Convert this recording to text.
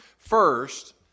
First